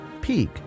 peak